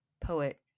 poet